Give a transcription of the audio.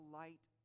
light